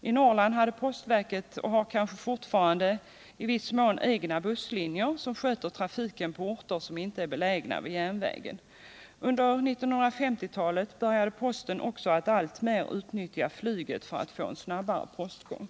I Norrland hade postverket, och har kanske i viss mån fortfarande, egna busslinjer som skötte trafiken på orter som inte var belägna vid järnvägen. Under 1950-talet började posten också att alltmer utnyttja flyget för att få en snabbare postgång.